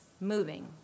moving